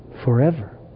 forever